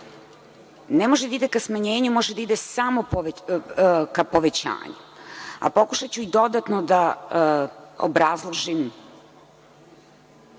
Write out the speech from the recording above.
ne može da ide ka smanjenju, može da ide samo ka povećanju. Pokušaću i dodatno da obrazložim